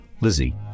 Lizzie